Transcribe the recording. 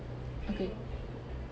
okay